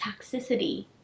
toxicity